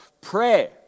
pray